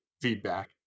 feedback